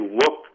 look